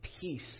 peace